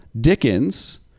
Dickens